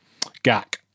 Gak